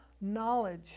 knowledge